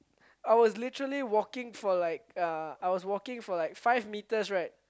I was literally walking for like uh I was walking for like five meters right